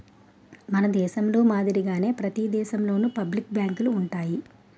మన దేశంలో మాదిరిగానే ప్రతి దేశంలోనూ పబ్లిక్ బ్యాంకులు ఉంటాయి